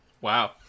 wow